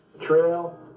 trail